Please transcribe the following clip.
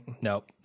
nope